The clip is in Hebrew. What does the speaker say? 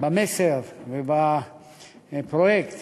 במסר ובפרויקט